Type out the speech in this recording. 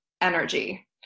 energy